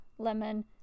Lemon